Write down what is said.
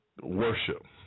worship